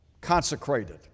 consecrated